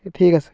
ঠিক আছে